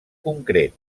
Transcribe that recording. concret